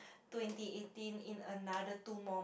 twenty eighteen in another two more